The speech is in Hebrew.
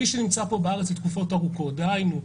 מי שנמצא בארץ לתקופות ארוכות דהיינו,